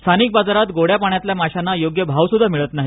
स्थानिक बाजारात गोड्या पाण्यातल्या माशांना योग्य भाव सुद्धा मिळत नाही